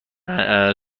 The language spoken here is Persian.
نوع